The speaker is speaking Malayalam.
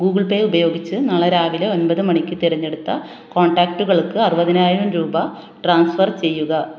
ഗൂഗിൾ പേ ഉപയോഗിച്ച് നാളെ രാവിലെ ഒമ്പത് മണിക്ക് തിരഞ്ഞെടുത്ത കോൺടാക്ടുകൾക്ക് അറുപതിനായിരം രൂപ ട്രാൻസ്ഫർ ചെയ്യുക